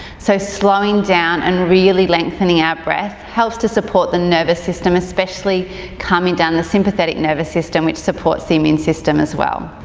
so slowing down and really lengthening our breath helps to support the nervous system especially calming down the sympathetic nervous system which supports the immune system as well.